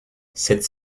cette